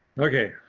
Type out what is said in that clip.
okay,